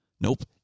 Nope